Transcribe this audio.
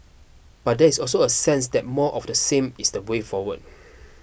but there is also a sense that more of the same is the way forward